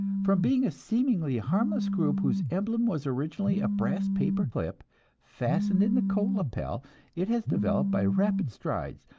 from being a seemingly harmless group whose emblem was originally a brass paper clip fastened in the coat lapel it has developed by rapid strides.